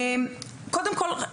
קודם כל,